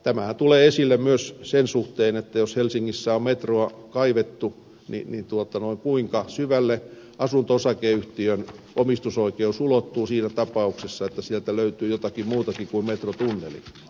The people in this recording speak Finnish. tämähän tulee esille myös sen suhteen että jos helsingissä on metroa kaivettu kuinka syvälle asunto osakeyhtiön omistusoikeus ulottuu siinä tapauksessa että sieltä löytyy jotakin muutakin kuin metrotunneli